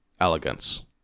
elegance